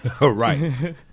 Right